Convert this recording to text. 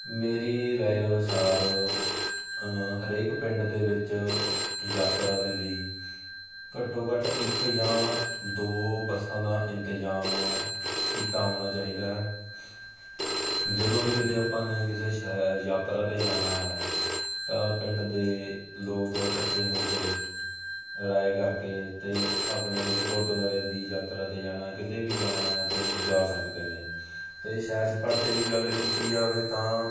ਮੇਰੀ ਰਾਇ ਅਨੁਸਾਰ ਹਰੇਕ ਪਿੰਡ ਦੇ ਵਿੱਚ ਯਾਤਰਾ ਦੇ ਲਈ ਘੱਟੋ ਘੱਟ ਇੱਕ ਜਾਂ ਦੋ ਬੱਸਾਂ ਦਾ ਇੰਤਜ਼ਾਮ ਕੀਤਾ ਹੋਣਾ ਚਾਹੀਦਾ ਹੈ ਜਦੋਂ ਵੀ ਕਿਤੇ ਆਪਾਂ ਨੇ ਕਿਸੇ ਸ਼ਹਿ ਯਾਤਰਾ 'ਤੇ ਜਾਣਾ ਹੈ ਤਾਂ ਪਿੰਡ ਦੇ ਲੋਕ ਇਕੱਠੇ ਹੋ ਕੇ ਰਾਏ ਕਰਕੇ ਅਤੇ ਆਪਣੇ ਕਿਸੇ ਗੁਰਦੁਆਰੇ ਦੀ ਯਾਤਰਾ 'ਤੇ ਜਾਣਾ ਕਿਤੇ ਵੀ ਜਾਣਾ ਤਾਂ ਜਾ ਸਕਦੇ ਨੇ ਅਤੇ ਸੈਰ ਸਪਾਟੇ ਦੀ ਗੱਲ ਕੀਤੀ ਜਾਵੇ ਤਾਂ